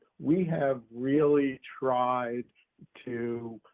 we have really tried to,